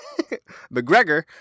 McGregor